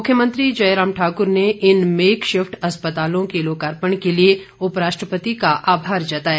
मुख्यमंत्री जयराम ठाकुर ने इन मैकशिप्ट अस्पतालों के लोकार्पण के लिए उपराष्ट्रपति का आभार जताया